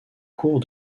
cours